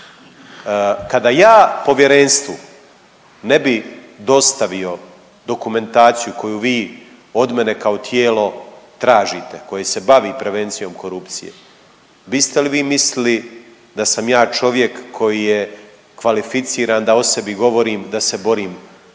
Kada ja povjerenstvu ne bi dostavio dokumentaciju koju vi od mene kao tijelo tražite koje se bavi prevencijom korupcije biste li vi mislili da sam ja čovjek koji je kvalificiran da o sebi govorim da se borim protiv